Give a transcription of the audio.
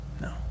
No